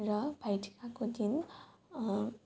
र भाइटिकाको दिन